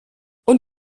und